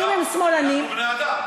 אנחנו בני-אדם.